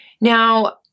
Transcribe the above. Now